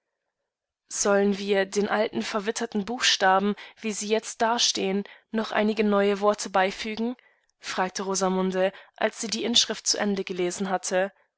sollen wir den alten verwitterten buchstaben wie sie jetzt dastehen noch einige neue worte beifügen fragte rosamunde als sie die inschrift zu ende gelesen hatte